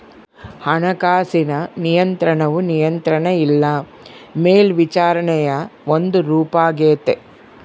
ಹಣಕಾಸಿನ ನಿಯಂತ್ರಣವು ನಿಯಂತ್ರಣ ಇಲ್ಲ ಮೇಲ್ವಿಚಾರಣೆಯ ಒಂದು ರೂಪಾಗೆತೆ